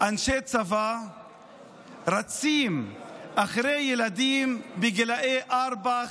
אנשי צבא רצים אחרי ילדים בגיל ארבע,